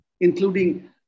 including